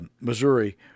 Missouri